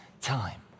time